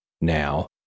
now